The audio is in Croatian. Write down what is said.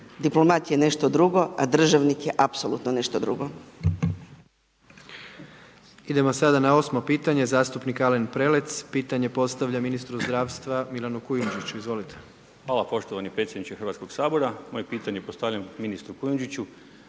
Diplomat je nešto drugo, a državnik je apsolutno nešto drugo. **Jandroković, Gordan (HDZ)** Idemo sada na 8. pitanje, zastupnik Alen Prelec. Pitanje postavlja ministru zdravstva Milanu Kujundžiću. Izvolite. **Prelec, Alen (SDP)** Hvala poštovani predsjedniče Hrvatskog sabora. Moje pitanje postavljam ministru Kujundžiću,